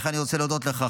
לכן אני רוצה להודות לך,